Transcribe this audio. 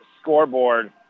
scoreboard